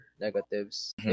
negatives